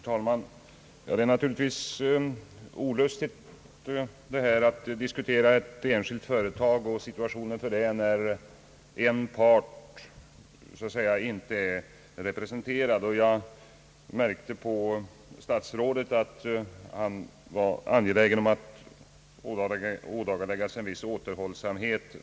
Herr talman! Det är naturligtvis olustigt att diskutera ett enskilt företags situation, när en part inte är representerad. Jag märkte på statsrådet att han mot den bakgrunden var angelägen om att ådagalägga en viss återhållsamhet.